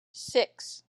six